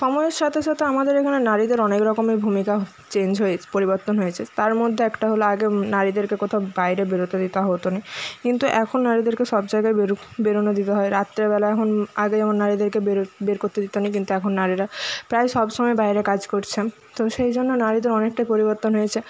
সময়ের সাথে সাথে আমাদের এখানে নারীদের অনেক রকমই ভূমিকা চেঞ্জ হয়েছে পরিবর্তন হয়েছে তার মধ্যে একটা হল আগে নারীদেরকে কোথাও বাইরে বেরোতে দিতে হতো না কিন্তু এখন নারীদেরকে সব জায়গায় বেরোনো দিতে হয় রাত্রেবেলা এখন আগে যেমন নারীদেরকে বের করতে দিত না কিন্তু এখন নারীরা প্রায় সবসময় বাইরে কাজ করছেন তো সেই জন্য নারীদের অনেকটাই পরিবর্তন হয়েছে